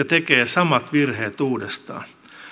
tekee samat virheet uudestaan